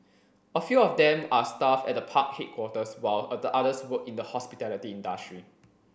a few of them are staff at the park headquarters while others work in the hospitality industry